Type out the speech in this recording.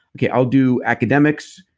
okay, i'll do academics.